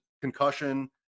concussion